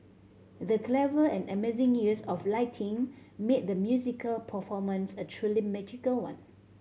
the clever and amazing use of lighting made the musical performance a truly magical one